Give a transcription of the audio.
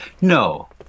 No